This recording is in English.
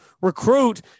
recruit